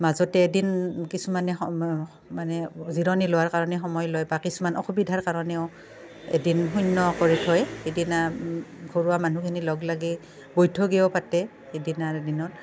মাজতে এদিন কিছুমানে সম মানে জিৰণি লোৱাৰ কাৰণে সময় লয় বা কিছুমান অসুবিধাৰ কাৰণেও এদিন শূন্য কৰি থয় সিদিনা ঘৰৰ মানুহখিনি লগ লাগি বৈঠকীয় পাতে সিদিনাৰ দিনত